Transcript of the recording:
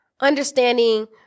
understanding